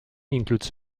includes